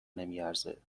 نمیارزه